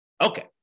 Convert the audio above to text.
Okay